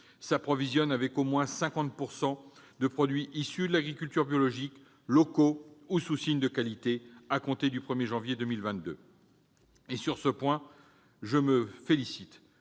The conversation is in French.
s'approvisionne avec au moins 50 % de produits issus de l'agriculture biologique, locaux ou sous signes de qualité à compter du 1 janvier 2022. Sur ce point, je me félicite